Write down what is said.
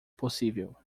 possível